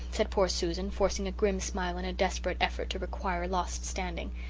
said poor susan, forcing a grim smile in a desperate effort to recover lost standing,